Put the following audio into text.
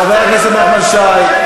חבר הכנסת נחמן שי.